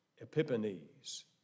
Epiphanes